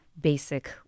basic